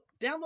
download